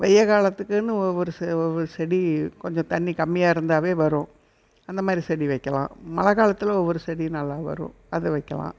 வெய்ல் காலத்துக்குன்னு ஒரு சி ஒரு செடி கொஞ்சம் தண்ணி கம்மியாக இருந்தாவே வரும் அந்தமாதிரி செடி வைக்கலாம் மழை காலத்தில் ஒவ்வொரு செடி நல்லா வரும் அது வைக்கலாம்